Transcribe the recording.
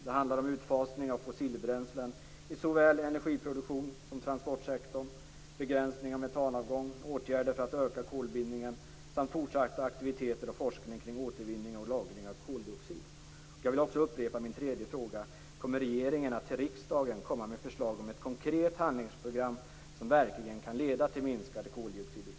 Det handlar om utfasning av fossilbränslen i såväl energiproduktionen som transportsektorn, begränsning av metanavgång, åtgärder för att öka kolbindningen samt fortsatta aktiviteter och forskning kring återvinning och lagring av koldioxid. Jag vill också upprepa min tredje fråga: Kommer regeringen att till riksdagen komma med förslag om ett konkret handlingsprogram som verkligen kan leda till minskade koldioxidutsläpp?